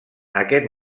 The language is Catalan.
aquest